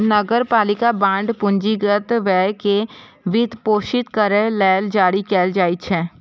नगरपालिका बांड पूंजीगत व्यय कें वित्तपोषित करै लेल जारी कैल जाइ छै